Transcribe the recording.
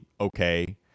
okay